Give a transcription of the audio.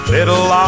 Little